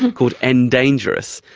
um called endangerous.